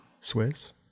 Swiss